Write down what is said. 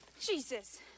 Jesus